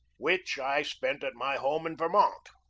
which i spent at my home in ver mont.